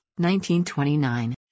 1929